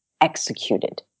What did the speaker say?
executed